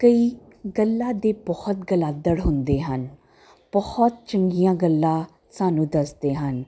ਕਈ ਗੱਲਾਂ ਦੇ ਬਹੁਤ ਗਲਾਦੜ ਹੁੰਦੇ ਹਨ ਬਹੁਤ ਚੰਗੀਆਂ ਗੱਲਾਂ ਸਾਨੂੰ ਦੱਸਦੇ ਹਨ